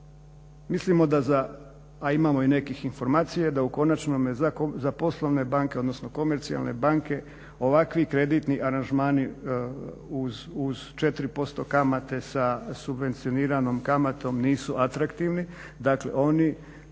Mislimo da za, a imamo i nekih informacija da u konačnome za poslovne banke, odnosno komercijalne banke ovakvi kreditni aranžmani uz 4% kamate sa subvencioniranom kamatom nisu atraktivni. Dakle, oni